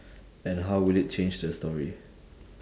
and how would it change the story